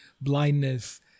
blindness